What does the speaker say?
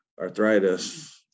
arthritis